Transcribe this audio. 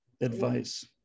advice